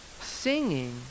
Singing